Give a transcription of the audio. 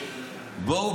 בואו,